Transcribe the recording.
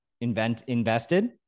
invested